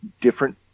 different